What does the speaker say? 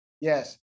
Yes